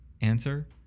answer